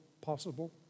possible